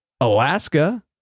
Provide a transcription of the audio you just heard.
Alaska